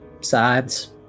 sides